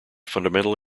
fundamental